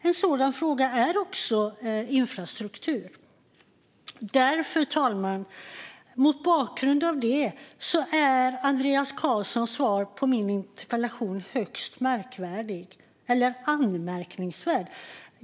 En sådan fråga är också infrastruktur. Fru talman! Mot bakgrund av det är Andreas Carlsons svar på min interpellation högst anmärkningsvärt.